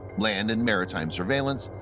land and maritime surveillance,